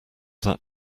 that